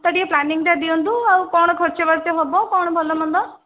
ତ ଟିକେ ପ୍ଳାନିଙ୍ଗଟା ଦିଅନ୍ତୁ ଆଉ କ'ଣ ଖର୍ଚ୍ଚ ବାର୍ଚ୍ଚ ହବ କ'ଣ ଭଲ ମନ୍ଦ